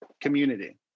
community